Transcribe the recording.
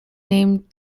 named